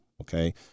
Okay